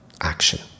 action